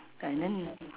and then